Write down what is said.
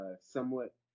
somewhat